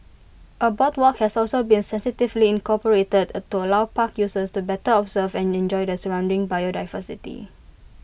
A boardwalk has also been sensitively incorporated to allow park users to better observe and enjoy the surrounding biodiversity